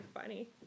funny